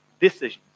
decisions